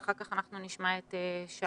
ואחר כך אנחנו נשמע את שבו.